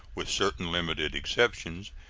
with certain limited exceptions,